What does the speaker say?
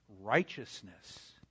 righteousness